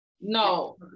no